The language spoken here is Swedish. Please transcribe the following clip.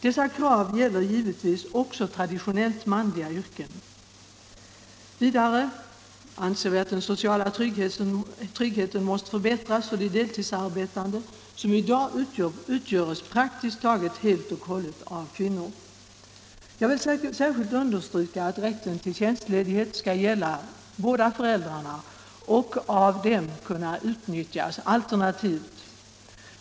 Dessa krav gäller givetvis också traditionellt manliga yrken. Vidare anser vi att den sociala tryggheten måste förbättras för de deltidsarbetande, som i dag utgörs praktiskt taget helt och hållet av kvinnor. Jag vill särskilt understryka att rätten till tjänstledighet skall gälla båda föräldrarna och av dem kunna utnyttjas alternativt.